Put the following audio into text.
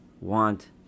want